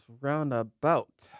Roundabout